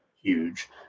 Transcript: huge